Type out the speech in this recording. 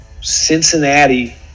Cincinnati